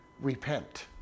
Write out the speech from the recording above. repent